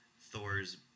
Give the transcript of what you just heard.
Thor's